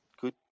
Good